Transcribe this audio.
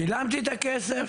שילמתי את הכסף